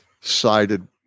sided